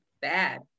bad